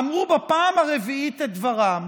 אמרו בפעם הרביעית את דברם.